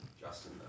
Justin